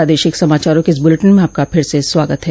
प्रादेशिक समाचारों के इस बुलेटिन में आपका फिर से स्वागत है